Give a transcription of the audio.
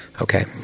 Okay